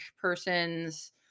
person's